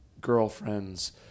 girlfriends